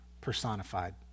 personified